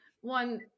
One